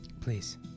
Please